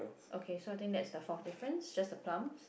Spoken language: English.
okay so I think that's the fourth difference just the plums